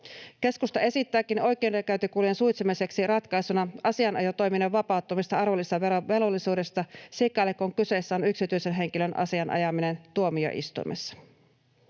Keskusta esittääkin oikeudenkäyntikulujen suitsimiseksi ratkaisuksi asianajotoiminnan vapauttamista arvonlisäverovelvollisuudesta sikäli, kun kyseessä on yksityisen henkilön asian ajaminen tuomioistuimessa.